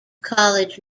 college